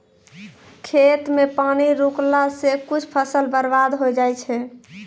खेत मे पानी रुकला से कुछ फसल बर्बाद होय जाय छै